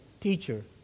Teacher